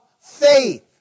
faith